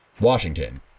Washington